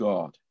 God